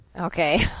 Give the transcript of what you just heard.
Okay